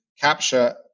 capture